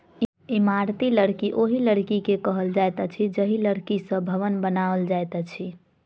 इमारती लकड़ी ओहि लकड़ी के कहल जाइत अछि जाहि लकड़ी सॅ भवन बनाओल जाइत अछि